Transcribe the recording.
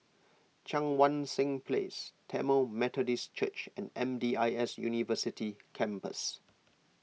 Cheang Wan Seng Place Tamil Methodist Church and M D I S University Campus